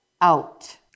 out